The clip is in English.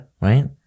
Right